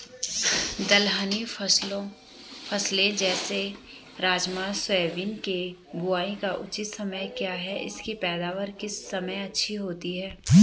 दलहनी फसलें जैसे राजमा सोयाबीन के बुआई का उचित समय क्या है इसकी पैदावार किस समय अच्छी होती है?